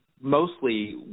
mostly